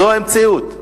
זאת המציאות.